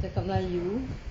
cakap melayu